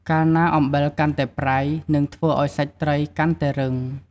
កាលណាអំបិលកាន់តែប្រៃ នឹងធ្វើឱ្យសាច់ត្រីកាន់តែរឹង។